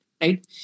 Right